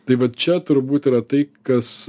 tai va čia turbūt yra tai kas